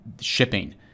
shipping